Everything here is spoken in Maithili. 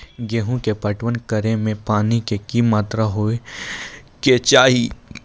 गेहूँ के पटवन करै मे पानी के कि मात्रा होय केचाही?